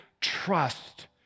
trust